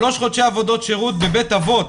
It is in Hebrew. שלושה חודשי עבודות שירות בבית אבות.